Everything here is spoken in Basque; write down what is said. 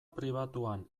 pribatuan